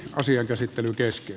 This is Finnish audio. asian käsittely kesti